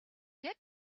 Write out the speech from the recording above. get